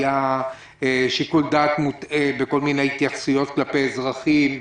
היה שיקול דעת מוטעה בכל מיני התייחסויות כלפי אזרחים.